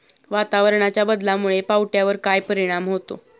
वातावरणाच्या बदलामुळे पावट्यावर काय परिणाम होतो?